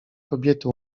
kobiety